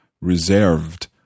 reserved